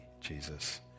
Jesus